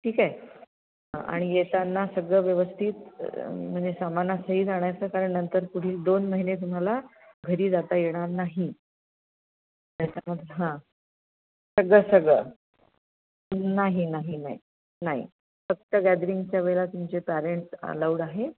ठीक आहे आणि येताना सगळं व्यवस्थित म्हणजे सामानासहित आणायचं कारण नंतर पुढील दोन महिने तुम्हाला घरी जाता येणार नाही तर मग हा सगळ सगळ नाही नाही नाही नाही फक्त गॅदरिंगच्या वेळा तुमचे पँरेंट अलाऊड आहेत